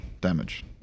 damage